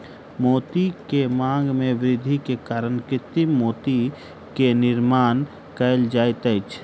मोती के मांग में वृद्धि के कारण कृत्रिम मोती के निर्माण कयल जाइत अछि